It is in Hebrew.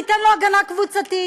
ניתן לו הגנה קבוצתית.